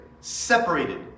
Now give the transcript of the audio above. separated